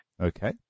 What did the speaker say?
Okay